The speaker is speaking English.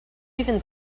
even